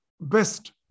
best